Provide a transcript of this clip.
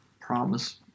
promise